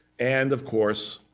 and of course,